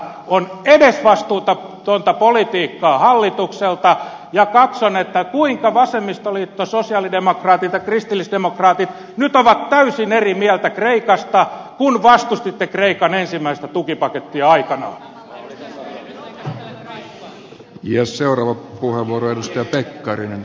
se on edesvastuutonta politiikkaa hallitukselta ja katson kuinka vasemmistoliitto sosialidemokraatit ja kristillisdemokraatit nyt ovat täysin eri mieltä kreikasta kun vastustitte kreikan ensimmäistä tukipakettia aikanaan